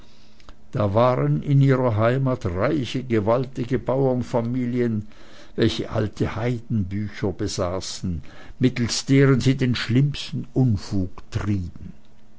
da waren in ihrer heimat reiche gewaltige bauernfamilien welche alte heidenbücher besaßen mittelst deren sie den schlimmsten unfug trieben